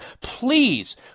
Please